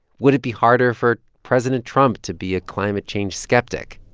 would it be harder for president trump to be a climate change skeptic?